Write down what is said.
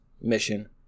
mission